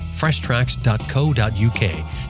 Freshtracks.co.uk